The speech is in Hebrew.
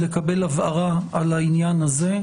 לקבל הבהרה על העניין הזה,